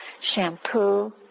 Shampoo